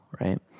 right